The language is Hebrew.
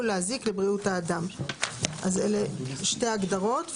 להזיק לבריאות האדם,"; אז אלה שתי ההגדרות.